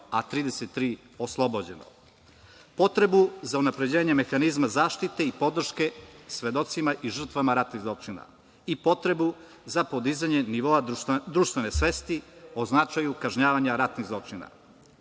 a 33 oslobođeno. Potrebu za unapređenjem mehanizma zaštite i podrške svedocima i žrtvama ratnih zločina i potrebu za podizanje nivoa društvene svesti o značaju kažnjavanja ratnih zločina. Pored